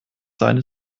seine